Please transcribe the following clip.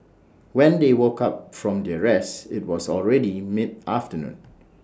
when they woke up from their rest IT was already mid afternoon